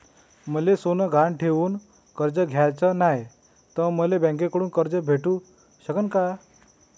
मले सोनं गहान ठेवून कर्ज घ्याचं नाय, त मले बँकेमधून कर्ज भेटू शकन का?